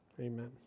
amen